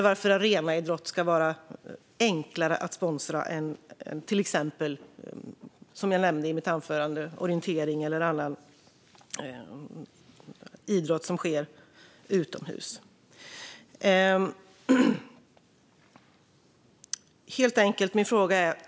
Varför ska arenaidrott ska vara enklare att sponsra än till exempel orientering eller annan idrott som sker utomhus?